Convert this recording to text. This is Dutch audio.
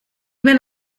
ben